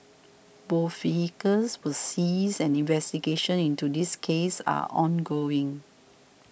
both vehicles were seized and investigations into this case are ongoing